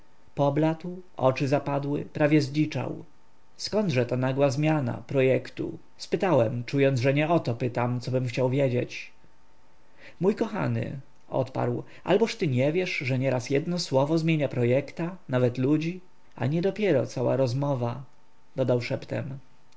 pobladł oczy zapadły prawie zdziczał zkądże ta nagła zmiana projektu spytałem czując że nie o to pytam cobym chciał wiedzieć mój kochany odparł alboż ty nie wiesz że nieraz jedno słowo zmienia projekta nawet ludzi a niedopiero cała rozmowa dodał szeptem